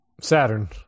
Saturn